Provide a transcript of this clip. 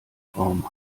raum